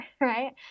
right